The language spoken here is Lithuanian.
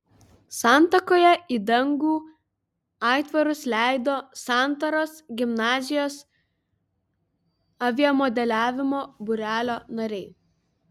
santakoje į dangų aitvarus leido santaros gimnazijos aviamodeliavimo būrelio nariai